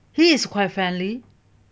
he is quite friendly